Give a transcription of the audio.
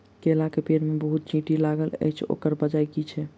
केला केँ पेड़ मे बहुत चींटी लागल अछि, ओकर बजय की छै?